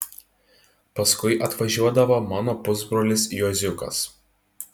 paskui atvažiuodavo mano pusbrolis juoziukas